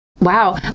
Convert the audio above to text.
Wow